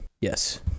Yes